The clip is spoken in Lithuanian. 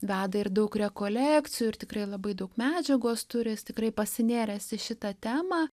veda ir daug rekolekcijų ir tikrai labai daug medžiagos turi jis tikrai pasinėręs į šitą temą